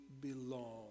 belong